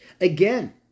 Again